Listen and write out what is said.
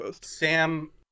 sam